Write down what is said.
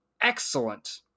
excellent